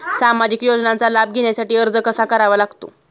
सामाजिक योजनांचा लाभ घेण्यासाठी अर्ज कसा करावा लागतो?